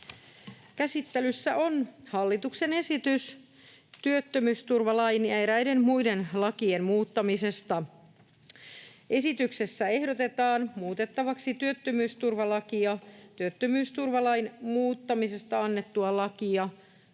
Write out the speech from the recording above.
Käsittelyssä on hallituksen esitys työttömyysturvalain ja eräiden muiden lakien muuttamisesta. Esityksessä ehdotetaan muutettavaksi työttömyysturvalakia, työttömyysturvalain muuttamisesta annettua lakia,